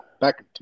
back